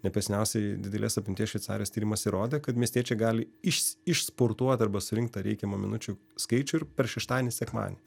ne per seniausiai didelės apimties šveicarijos tyrimas įrodė kad miestiečiai gali iš išsportuoti arba surinktą reikiamą minučių skaičių ir per šeštadienį sekmadienį